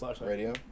Radio